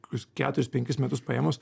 kokius keturis penkis metus paėmus